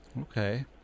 Okay